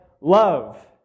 love